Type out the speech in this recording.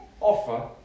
offer